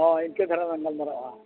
ᱦᱳᱭ ᱤᱱᱠᱟᱹᱫᱷᱟᱨᱟ ᱞᱟᱝ ᱜᱟᱞᱢᱟᱨᱟᱜᱼᱟ